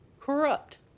corrupt